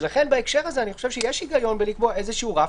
לכן בהקשר הזה אני חושב שיש היגיון בקביעת רף